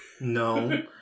No